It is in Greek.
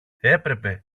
έπρεπε